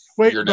Wait